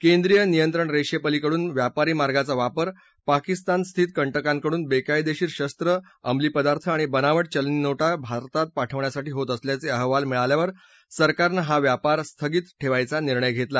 केंद्रिय नियंत्रण रेषेपलीकडून व्यापारी मार्गाचा वापर पाकिस्तानस्थित कंटकांकडून बेकायदेशीर शस्त्रं अंमली पदार्थ आणि बनावट चलनी नोटा भारतात पाठवण्यासाठी होत असल्याचे अहवाल मिळाल्यानंतर सरकारनं हा व्यापार स्थगित ठेवायचा निर्णय घेतला